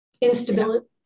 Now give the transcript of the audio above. instability